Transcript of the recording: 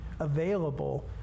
available